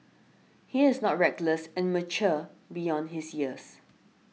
he is not reckless and mature beyond his years